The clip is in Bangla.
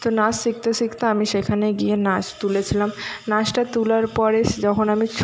তো নাচ শিখতে শিখতে আমি সেখানে গিয়ে নাচ তুলেছিলাম নাচটা তোলার পরে যখন আমি